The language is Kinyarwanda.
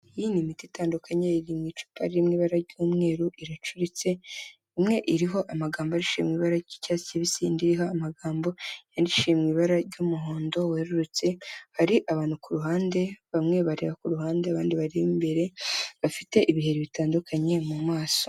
Iyi ni miti itandukanye iri mu icupa riri mu ibara ry'umweru iracuritse, imwe iriho amagambo yandikishije ibara ry'icyatsi kibisi, indi iriho amagambo yandikishije mu ibara ry'umuhondo werurutse, hari abantu ku ruhande, bamwe bareba ku ruhande, abandi bari imbere bafite ibiheri bitandukanye mu maso.